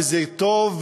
וזה טוב,